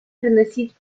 приносить